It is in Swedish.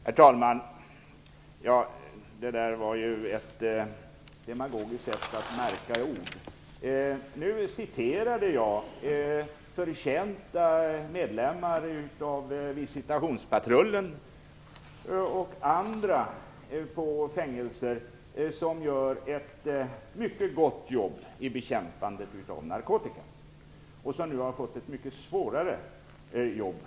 Herr talman! Det där var ett demagogiskt sätt av Birthe Sörestedt att märka ord. Jag återgav det som förtjänta medlemmar av visitationspatrullen och andra anställda på fängelser har sagt. De gör ett mycket gott jobb när det gäller bekämpandet av narkotika och har på sistone fått ett mycket svårare jobb.